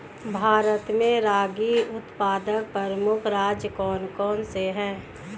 भारत में रागी उत्पादक प्रमुख राज्य कौन कौन से हैं?